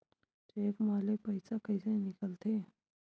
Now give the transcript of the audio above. Cheque म ले पईसा कइसे निकलथे?